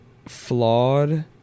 Flawed